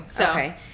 Okay